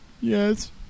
Yes